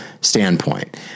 standpoint